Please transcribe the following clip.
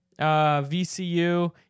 VCU